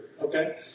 okay